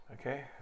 Okay